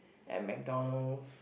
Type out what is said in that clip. at McDonalds